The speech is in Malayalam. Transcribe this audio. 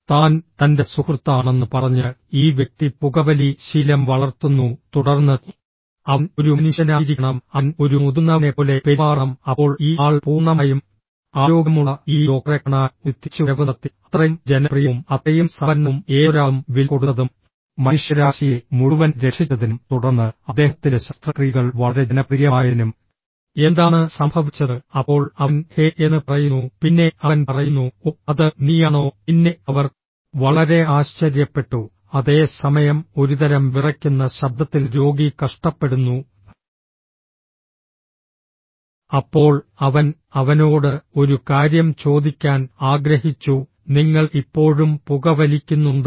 താൻ തൻറെ സുഹൃത്താണെന്ന് പറഞ്ഞ് ഈ വ്യക്തി പുകവലി ശീലം വളർത്തുന്നു തുടർന്ന് അവൻ ഒരു മനുഷ്യനായിരിക്കണം അവൻ ഒരു മുതിർന്നവനെപ്പോലെ പെരുമാറണം അപ്പോൾ ഈ ആൾ പൂർണ്ണമായും ആരോഗ്യമുള്ള ഈ ഡോക്ടറെ കാണാൻ ഒരു തിരിച്ചുവരവ് നടത്തി അത്രയും ജനപ്രിയവും അത്രയും സമ്പന്നവും ഏതൊരാളും വില കൊടുത്തതും മനുഷ്യരാശിയെ മുഴുവൻ രക്ഷിച്ചതിനും തുടർന്ന് അദ്ദേഹത്തിൻറെ ശസ്ത്രക്രിയകൾ വളരെ ജനപ്രിയമായതിനും എന്താണ് സംഭവിച്ചത് അപ്പോൾ അവൻ ഹേയ് എന്ന് പറയുന്നു പിന്നെ അവൻ പറയുന്നു ഓ അത് നീയാണോ പിന്നെ അവർ വളരെ ആശ്ചര്യപ്പെട്ടു അതേ സമയം ഒരുതരം വിറയ്ക്കുന്ന ശബ്ദത്തിൽ രോഗി കഷ്ടപ്പെടുന്നു അപ്പോൾ അവൻ അവനോട് ഒരു കാര്യം ചോദിക്കാൻ ആഗ്രഹിച്ചു നിങ്ങൾ ഇപ്പോഴും പുകവലിക്കുന്നുണ്ടോ